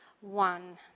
one